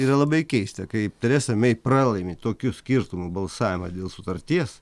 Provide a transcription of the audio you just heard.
yra labai keista kai teresa mei pralaimi tokiu skirtumu balsavimą dėl sutarties